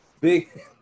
big